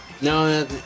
No